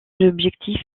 objectif